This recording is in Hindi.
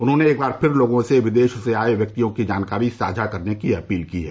उन्होंने एक बार फिर लोगों से विदेश से आए व्यक्तियों की जानकारी साझा करने की अपील की है